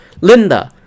Linda